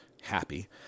happy